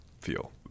feel